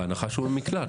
בהנחה שהוא במקלט.